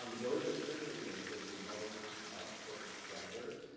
um those are certainly ways that we can bubble content up for subscribers.